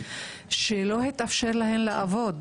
שלא התאפשר להן לעבוד,